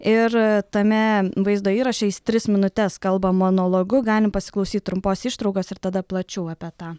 ir tame vaizdo įraše jis tris minutes kalba monologu galim pasiklausyt trumpos ištraukos ir tada plačiau apie tą